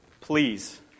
Please